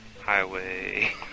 Highway